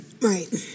Right